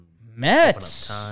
Mets